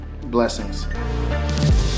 Blessings